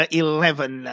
eleven